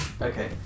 Okay